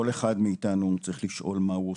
כל אחד מאיתנו צריך לשאול מה הוא עושה.